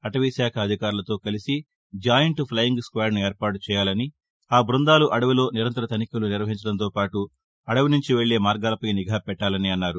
అటవీ శాఖ అధికారులతో కలిసి జాయింట్ ప్లయింగ్ స్క్టాడ్ను ఏర్పాటు చేయాలని ఆ బృందాలు అదవిలో నిరంతర తనిఖీలు నిర్వహించడంతో పాటు అదవి నుంచి వెల్లే మార్గాలపై నిఘా పెట్టాలని అన్నారు